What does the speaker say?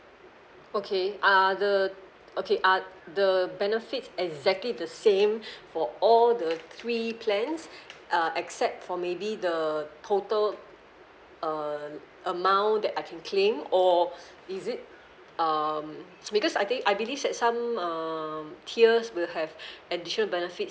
okay are the okay are the benefits exactly the same for all the three plans uh except for maybe the total um amount that I can claim or is it um because I think I believe that some um tiers will have additional benefits